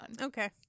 Okay